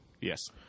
Yes